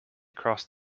crossed